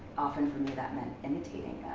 often for me that meant imitating